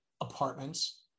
apartments